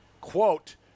Quote